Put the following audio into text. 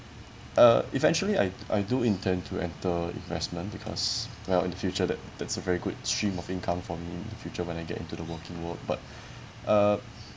uh eventually I I do intend to enter investment because well in future that that's a very good stream of income for me in future when I get into the working world but uh